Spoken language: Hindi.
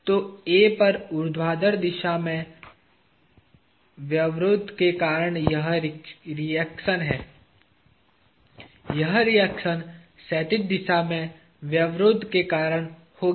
तो A पर ऊर्ध्वाधर दिशा में व्यवरोध के कारण यह रिएक्शन है यह रिएक्शन क्षैतिज दिशा में व्यवरोध के कारण होगी